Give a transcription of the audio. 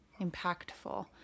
impactful